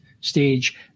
stage